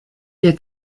der